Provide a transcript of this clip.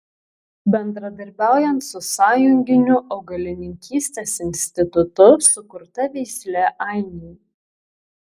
bendradarbiaujant su sąjunginiu augalininkystės institutu sukurta veislė ainiai